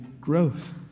growth